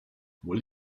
will